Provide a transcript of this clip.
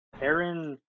Aaron